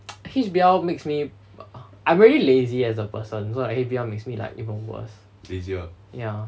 H_B_L makes me I'm really lazy as a person so like H_B_L makes me like even worse ya